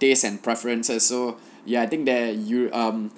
tastes and preferences so ya I think that you um